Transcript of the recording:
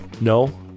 No